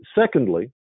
Secondly